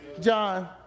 John